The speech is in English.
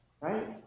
right